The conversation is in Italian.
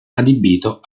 adibito